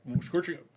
Scorching